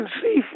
see